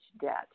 debt